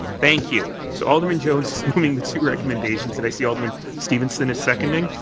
thank you. so alderman jones moving the two recommendations, and i see alderman stevenson is seconding.